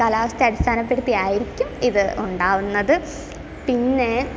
കാലാവസ്ഥയെ അടിസ്ഥാനപ്പെടുത്തിയായിരിക്കും ഇത് ഉണ്ടാവുന്നത് പിന്നെ